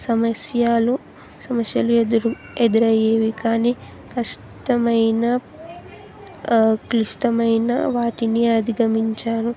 సమస్యాలు సమస్యలు ఎదురు ఎదురయ్యేవి కానీ కష్టమైన క్లిష్టమైన వాటిని అధిగమించాాను